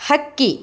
ಹಕ್ಕಿ